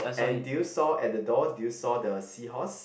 and do you saw at the door do you saw the seahorse